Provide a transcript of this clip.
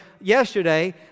yesterday